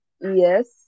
yes